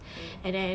okay